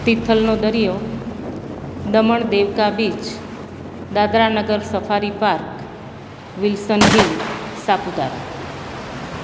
તીથલનો દરિયો Daman Devka beach Dadranagar safari park Wilson hill Saputara